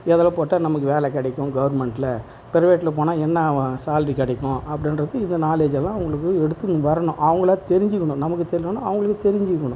எதில் போட்டால் நமக்கு வேலை கிடைக்கும் கவுர்மெண்ட்டில் பிரைவேட்டில் போனால் என்ன அவன் சேல்ரி கிடைக்கும் அப்படின்றது இதை நாலேஜ் எல்லாம் உங்களுக்கு எடுத்துன்னு வரணும் அவங்களா தெரிஞ்சுக்கணும் நமக்கு தெரிஞ்சாலும் அவங்களும் தெரிஞ்சுக்கணும்